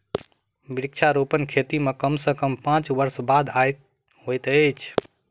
वृक्षारोपण खेती मे कम सॅ कम पांच वर्ष बादे आय होइत अछि